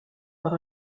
par